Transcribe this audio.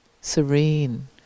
Serene